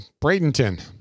Bradenton